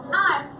time